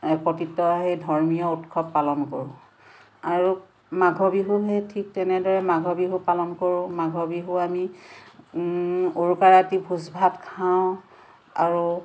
একত্ৰিত সেই ধৰ্মীয় উৎসৱ পালন কৰোঁ আৰু মাঘৰ বিহু সেই ঠিক তেনেদৰে মাঘৰ বিহু পালন কৰোঁ মাঘৰ বিহু আমি উৰুকা ৰাতি ভোজ ভাত খাওঁ আৰু